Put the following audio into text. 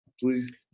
please